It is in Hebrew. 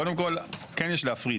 קודם כל כן יש להפריד.